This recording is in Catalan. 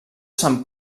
sant